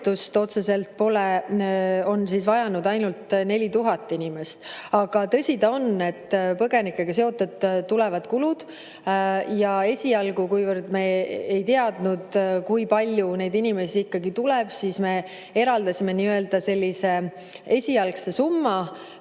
otseselt on vajanud ainult 4000 inimest. Aga tõsi ta on, et põgenikega seotult tulevad kulud. Ja esialgu, kuivõrd me ei teadnud, kui palju neid inimesi tuleb, me eraldasime nii‑öelda sellise esialgse summa